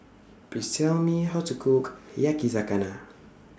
Please Tell Me How to Cook Yakizakana